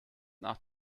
nach